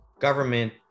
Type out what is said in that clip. government